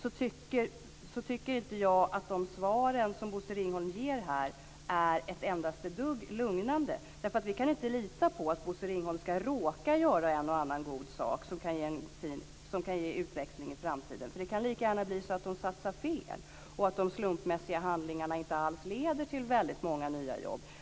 Jag tycker inte att de svar som Bosse Ringholm ger är det minsta lugnande. Vi kan inte lita på att Bosse Ringholm ska råka göra en och annan god sak som kan ge utveckling i framtiden. Det kan lika gärna bli så att man satsar fel och att de slumpmässiga handlingarna inte alls leder till väldigt många nya jobb.